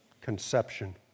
Conception